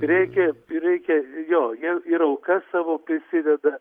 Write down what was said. reikia ir reikia jo jie ir auka savo prisideda